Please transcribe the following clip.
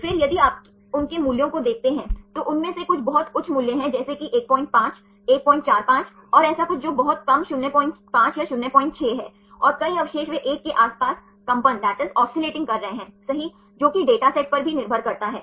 फिर यदि आप उनके मूल्यों को देखते हैं तो उनमें से कुछ बहुत उच्च मूल्य हैं जैसे कि 15 145 और ऐसा कुछ जो बहुत कम 05 या 06 है और कई अवशेष वे 1 के आसपास कंपन कर रहे हैं सही जो कि डेटासेट पर भी निर्भर करता है